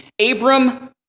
Abram